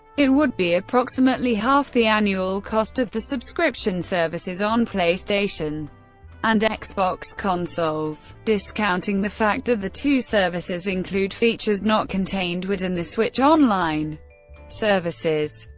it would be approximately half the annual cost of the subscription services on playstation and xbox consoles, discounting the fact that the two services include features not contained within the switch online services.